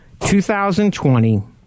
2020